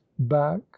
back